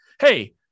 Hey